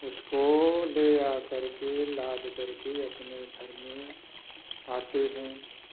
उसको ले आ कर के लाद कर के अपने घर में आते हैं